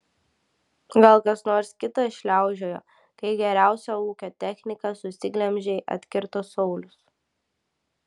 gal kas nors kitas šliaužiojo kai geriausią ūkio techniką susiglemžei atkirto saulius